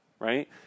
Right